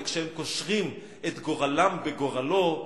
וכשהם קושרים את גורלם בגורלו,